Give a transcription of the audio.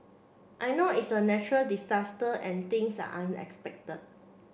I know it's a natural disaster and things are unexpected